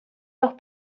los